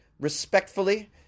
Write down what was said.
respectfully